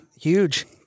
Huge